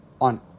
on